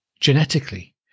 genetically